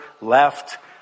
left